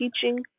teaching